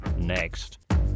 next